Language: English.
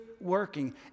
working